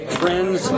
friends